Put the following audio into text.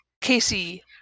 Casey